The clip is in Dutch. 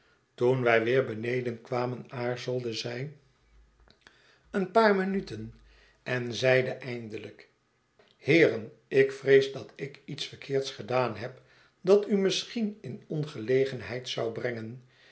toen wij weer beneden kwamen aarzelde zij een paar minuten en zeide eindelijk heeren ik vrees dat ik iets verkeerds gedaan heb dat u misschien in ongelegenheid zou brengen